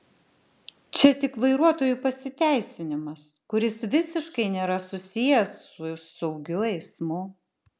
čia tik vairuotojų pasiteisinimas kuris visiškai nėra susijęs su saugiu eismu